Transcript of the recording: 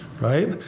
right